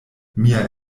mia